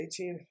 18